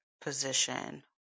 position